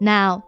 Now